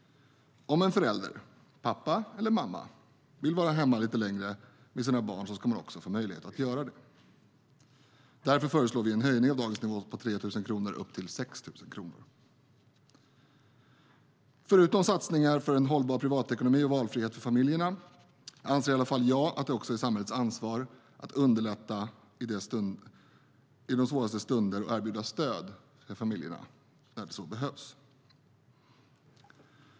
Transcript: Om en förälder, pappa eller mamma, vill vara hemma lite längre med sina barn ska man också få möjlighet att vara det. Därför föreslår vi en höjning av dagens nivå om 3 000 kronor till 6 000 kronor. Förutom satsningar för en hållbar privatekonomi och valfrihet för familjerna anser i alla fall jag att det också är samhällets ansvar att underlätta i de svåraste stunderna och erbjuda stöd till familjerna när så behövs.